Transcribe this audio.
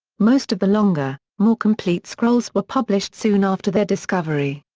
most of the longer, more complete scrolls were published soon after their discovery.